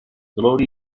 lodi